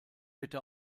bitte